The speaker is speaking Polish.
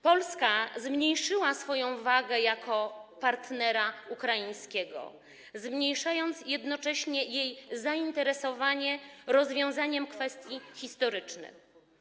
Polska zmniejszyła swoją wagę jako partner ukraiński, zmniejszając jednocześnie jej zainteresowanie rozwiązaniem kwestii historycznych.